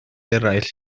eraill